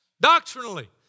doctrinally